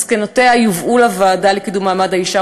מסקנותיה יובאו לוועדה לקידום מעמד האישה